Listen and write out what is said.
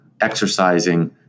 exercising